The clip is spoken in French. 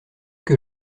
que